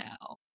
now